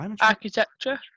Architecture